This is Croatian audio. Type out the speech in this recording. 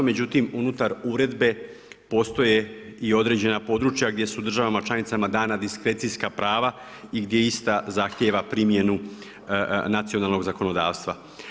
Međutim, unutar uredbe postoje i određena područja gdje se u državama članicama dana diskrecijska prava i gdje ista zahtjeva primjenu nacionalnog zakonodavstva.